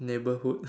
neighborhood